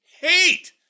hate